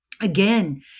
again